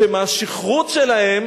שמהשכרות שלהם